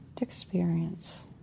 experience